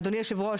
אדוני היושב-ראש,